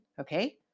okay